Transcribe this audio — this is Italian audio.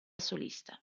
solista